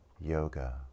yoga